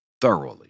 thoroughly